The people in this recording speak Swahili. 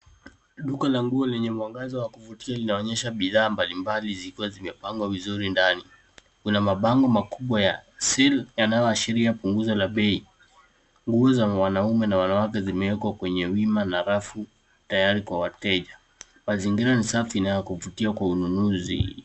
Duka la nguo lenye mwangaza wa kuvutia linaonyesha bidhaa mbali mbali zikiwa zimepangwa vizuri ndani, Kuna mabango makubwa ya asili yanayoashiria punguzo la bei, nguo za mwanaume na wanawake zimewekwa kwenye wima na rafu tayari kwa wateja. Mazingira ni safi na ya kuvutia kwa ununuzi.